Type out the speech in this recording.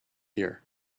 here